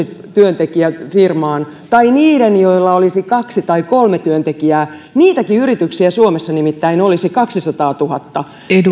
työntekijä firmaan tai niiden joilla olisi kaksi tai kolme työntekijää niitäkin yrityksiä suomessa nimittäin olisi kaksisataatuhatta